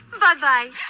Bye-bye